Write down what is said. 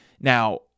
Now